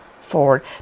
forward